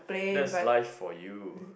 that's life for you